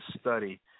study